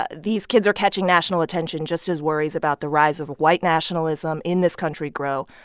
ah these kids are catching national attention just as worries about the rise of white nationalism in this country grow.